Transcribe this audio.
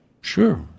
sure